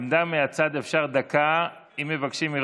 עמדה מהצד אפשר דקה, אם מבקשים מראש.